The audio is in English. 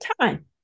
Time